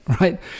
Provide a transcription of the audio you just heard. Right